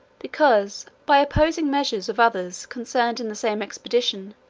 because, by opposing measures of others concerned in the same expedition,